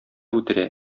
үтерә